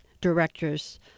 directors